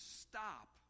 stop